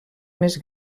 més